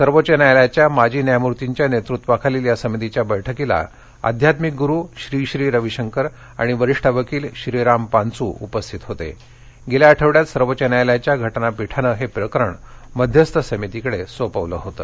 सर्वोच्च न्यायालयाच्या माजी न्यायमूर्तींच्या नस्तिवातील या समितीच्या बैठकीला आध्यात्मिक गुरु श्री श्री रवी शंकर आणि वरिष्ठ वकील श्रीराम पांच् उपस्थित होत ील्खा आठवड्यात सर्वोच्च न्यायालयाच्या घटना पीठानं हत्रिकरण मध्यस्थ समितीकडस्त्रीपवलं होतं